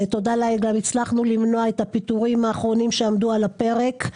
תודה לאל גם הצלחנו למנוע את הפיטורים האחרונים שעמדו על הפרק.